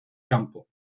campo